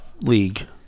League